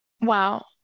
wow